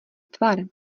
tvar